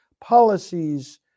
policies